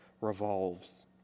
revolves